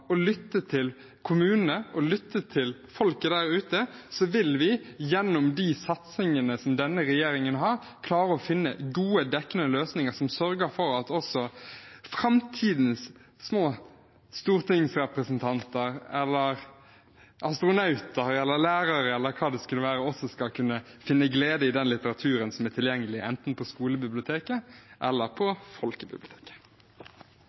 lytte til kommunene og folket der ute, vil vi gjennom de satsingene som denne regjeringen har, klare å finne gode, dekkende løsninger som sørger for at også framtidens små stortingsrepresentanter, astronauter, lærere eller hva det måtte være, skal kunne finne glede i den litteraturen som er tilgjengelig, enten på skolebiblioteket eller